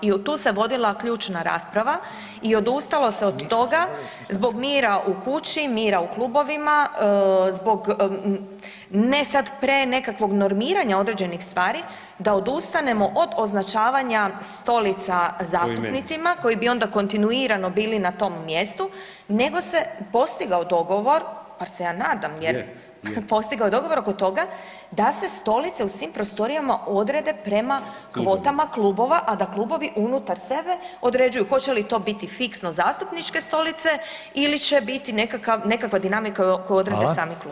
I tu se vodila ključna rasprava i odustalo se od toga zbog mira kući, mira u klubovima, zbog ne sad pre nekakvog normiranja određenih stvari da odustanemo od označavanja stolica [[Upadica: Po imenu.]] koji bi onda kontinuirano bili na tom mjestu nego se postigao dogovor, bar se ja nadam [[Upadica: Je, je.]] postigao dogovor oko toga da se stolice u svim prostorijama odrede prema kvotama klubova, a da klubovi unutar sebe određuju hoće li to biti fiksno zastupničke stolice ili će biti nekakav, nekakva dinamika koju odrede sami